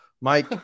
Mike